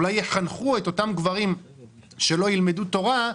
את אותם גברים שלא ילמדו תורה,